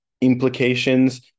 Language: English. implications